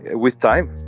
with time.